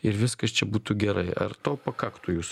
ir viskas čia būtų gerai ar to pakaktų jūsų